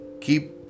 keep